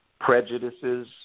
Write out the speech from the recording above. prejudices